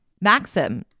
maxim